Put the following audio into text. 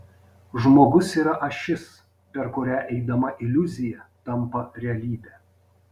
žmogus yra ašis per kurią eidama iliuzija tampa realybe